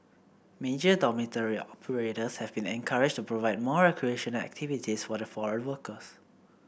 major dormitory operators have been encouraged to provide more recreational activities for the foreign workers